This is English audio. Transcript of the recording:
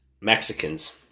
Mexicans